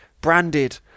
branded